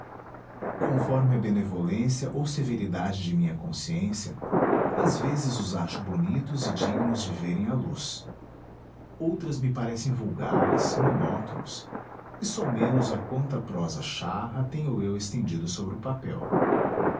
conforme a benevolência ou severidade de minha consciência às vezes os acho bonitos e dignos de verem a luz outras me parecem vulgares monótonos e somenos a quanta prosa charra tenho eu estendido sobre o papel